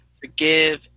forgive